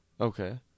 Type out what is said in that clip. Okay